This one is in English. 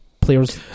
players